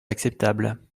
acceptable